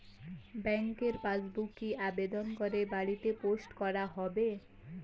ব্যাংকের পাসবুক কি আবেদন করে বাড়িতে পোস্ট করা হবে?